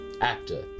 actor